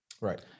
right